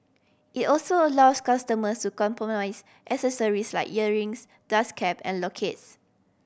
it also allows customers to customise accessories like earrings dust cap and lockets